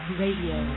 radio